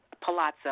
Palazzo